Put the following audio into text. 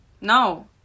No